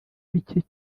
bike